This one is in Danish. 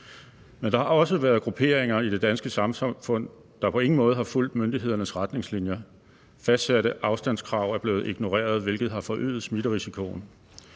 Men der har også været grupperinger i det danske samfund, der på ingen måde har fulgt myndighedernes retningslinjer. Fastsatte afstandskrav er blevet ignoreret, hvilket har forøget smitterisikoen.